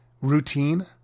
routine